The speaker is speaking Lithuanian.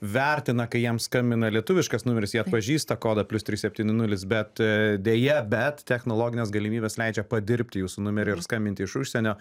vertina kai jiem skambina lietuviškas numeris jie atpažįsta kodą plius trys septyni nulis bet deja bet technologinės galimybės leidžia padirbti jūsų numerį ir skambinti iš užsienio